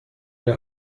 der